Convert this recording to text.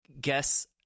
guess